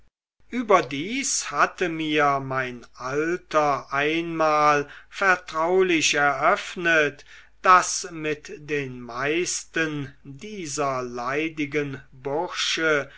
überdies hatte mir mein alter einmal vertraulich eröffnet daß mit den meisten dieser leidigen bursche